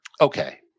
Okay